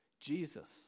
Jesus